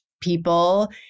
people